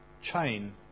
chain